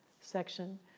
section